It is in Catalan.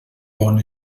bon